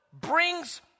brings